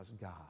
God